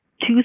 Two